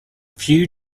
few